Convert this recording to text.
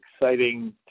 exciting